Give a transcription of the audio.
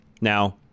Now